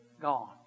gone